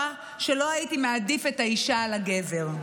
שלא הייתי מעדיף את האישה על הגבר".